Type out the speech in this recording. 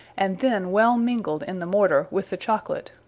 and then well mingled in the morter, with the chocolate,